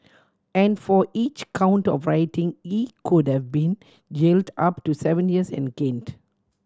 and for each count of rioting he could have been jailed up to seven years and caned